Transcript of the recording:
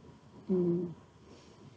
um